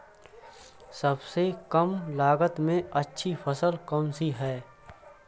सबसे कम लागत में अच्छी फसल कौन सी है?